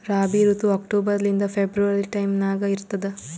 ರಾಬಿ ಋತು ಅಕ್ಟೋಬರ್ ಲಿಂದ February time ನಾಗ ಇರ್ತದ